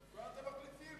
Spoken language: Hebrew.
למה אתם מחליפים,